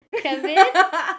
Kevin